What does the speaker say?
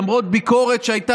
למרות ביקורת שהייתה,